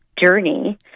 journey